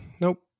Nope